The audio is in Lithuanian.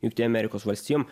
jungtinėm amerikos valstijom